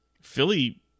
Philly